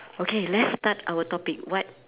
okay let's start our topic what